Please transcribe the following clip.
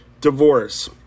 Divorce